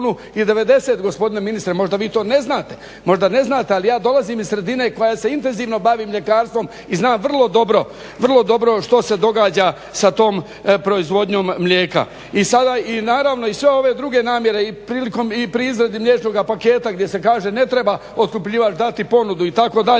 I naravno i sve ove druge namjere i pri izradi mliječnoga paketa gdje se kaže ne treba otkupljivač dati ponudu itd.